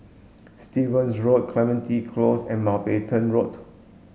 Stevens Road Clementi Close and Mountbatten Road